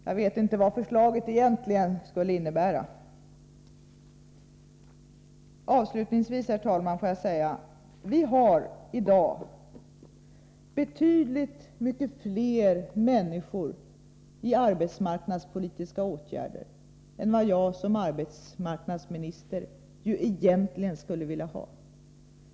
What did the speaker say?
Jag vet inte vad förslaget egentligen skulle innebära. Avslutningsvis, herr talman, vill jag säga: Vi har ju i dag ett betydligt större antal människor i arbetsmarknadspolitiska åtgärder än vad jag som arbetsmarknadsminister egentligen skulle vilja ha.